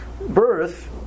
birth